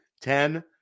ten